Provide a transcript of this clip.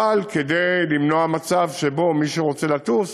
אבל זה כדי למנוע מצב שמי שרוצה לטוס